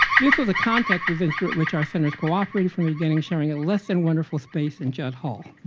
this is the context within which our centers cooperated from the beginning, sharing a less than wonderful space in judd hall.